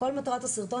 לשניים.